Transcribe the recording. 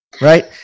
Right